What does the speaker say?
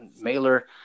Mailer